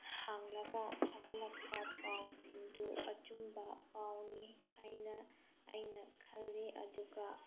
ꯍꯥꯡꯂꯒ ꯊꯥꯒꯠꯂꯛꯄ ꯄꯥꯎꯁꯤꯡꯗꯨ ꯑꯆꯨꯝꯕ ꯄꯥꯎꯅꯤ ꯍꯥꯏꯅ ꯑꯩꯅ ꯈꯜꯂꯤ ꯑꯗꯨꯒ